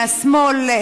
מהשמאל,